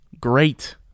great